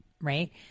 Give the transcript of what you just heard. right